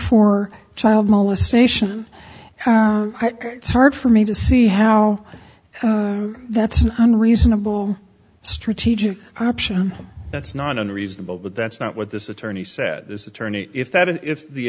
for child molestation it's hard for me to see how that's an unreasonable strategic option that's not unreasonable but that's not what this attorney said this attorney if that i